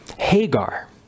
Hagar